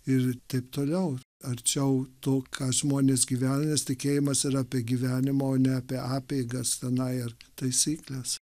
ir taip toliau arčiau to ką žmonės gyvena nes tikėjimas yra apie gyvenimą o ne apie apeigas tenai ar taisykles